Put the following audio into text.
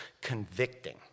convicting